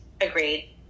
agreed